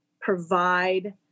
provide